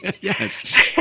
Yes